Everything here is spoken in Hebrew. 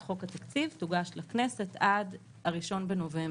חוק התקציב תוגש לכנסת עד ה-1 בנובמבר.